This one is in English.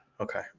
Okay